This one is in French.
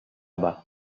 bas